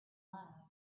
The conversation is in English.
love